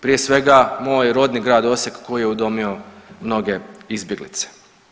Prije svega moj rodni grad Osijek koji je udomio mnoge izbjeglice.